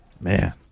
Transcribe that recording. Man